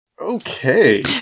Okay